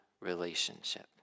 relationship